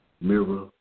mirror